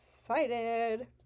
excited